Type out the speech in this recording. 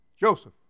Joseph